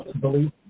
believe